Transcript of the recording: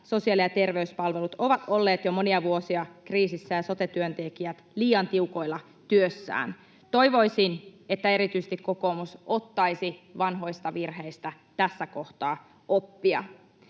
sosiaali- ja terveyspalvelut ovat olleet jo monia vuosia kriisissä ja sote-työntekijät liian tiukoilla työssään. Toivoisin, että erityisesti kokoomus ottaisi vanhoista virheistä tässä kohtaa oppia.